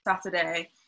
Saturday